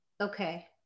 Okay